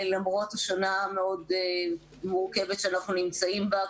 למרות השנה המאוד מורכבת שאנחנו נמצאים בה.